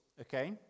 okay